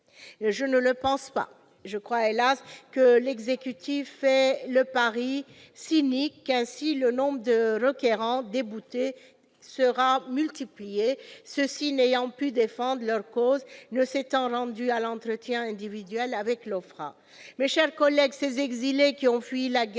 Je ne le pense pas. Je crois, hélas, que l'exécutif fait le pari cynique que le nombre de requérants déboutés sera ainsi multiplié, ceux-ci n'ayant pu défendre leur cause, faute de s'être rendus à leur entretien individuel à l'OFPRA. Mes chers collègues, ces exilés qui ont fui la guerre,